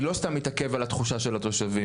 אני לא סתם מתעכב על התחושה של התושבים,